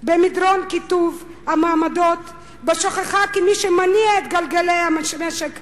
במדרון קיטוב המעמדות בשוכחה כי מי שמניע את גלגלי המשק הפך,